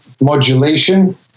modulation